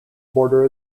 border